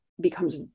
becomes